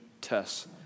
tests